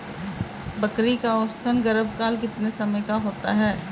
बकरी का औसतन गर्भकाल कितने समय का होता है?